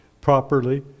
properly